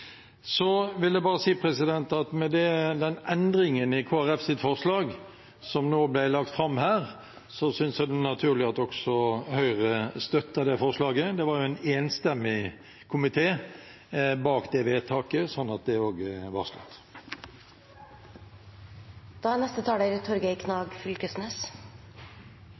Med den endringen i Kristelig Folkepartis forslag som nå ble lagt fram, synes jeg det er naturlig at også Høyre støtter det forslaget. Det var jo en enstemmig komité bak det vedtaket. Så er det også varslet. Eg vil også takke saksordføraren for godt arbeid og